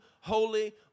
holy